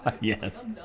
Yes